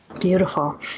Beautiful